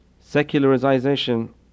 Secularization